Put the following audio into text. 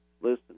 listen